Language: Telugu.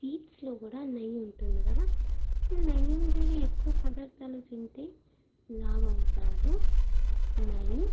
స్పీట్స్లో కూడా నెయ్యి ఉంటుంది కదా నెయ్యి ఉండేది ఎక్కువ పదార్థాలు తింటే లావు అవుతారు మరి